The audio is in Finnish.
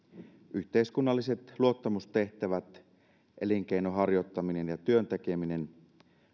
yhteiskunnalliset luottamustehtävät elinkeinon harjoittaminen ja työn tekeminen